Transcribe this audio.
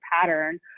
pattern